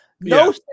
No